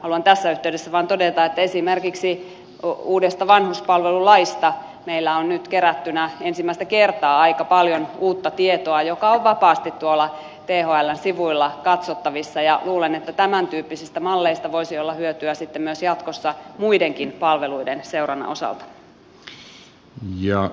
haluan tässä yhteydessä vain todeta että esimerkiksi uudesta vanhuspalvelulaista meillä on nyt kerättynä ensimmäistä kertaa aika paljon uutta tietoa joka on vapaasti tuolla thln sivuilla katsottavissa ja luulen että tämäntyyppisistä malleista voisi olla hyötyä sitten myös jatkossa muidenkin palveluiden seurannan osalta